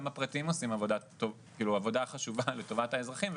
גם הם עושים עבודה חשובה לטובת האזרחים,